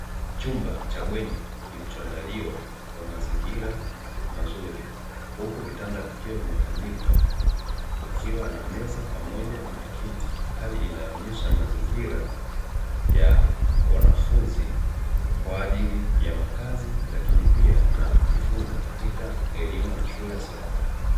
Chumba cha bweni, kilichoandaliwa kwa mazingira mazuri, huku vitanda vikiwa vimetandikwa, kukiwa na meza pamoja na kiti. Hali inayoonyesha mazingira ya wanafunzi, kwa ajili ya makazi, lakini pia na kujifunza katika elimu ya shule ya sekondari.